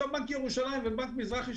בנק ירושלים ובנק מזרחי,